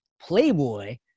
Playboy